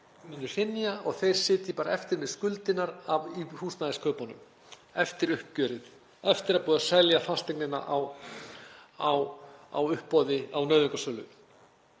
og þeir sitji bara eftir með skuldina af húsnæðiskaupum eftir uppgjörið, eftir að búið er að selja fasteignina á uppboði sýslumanns,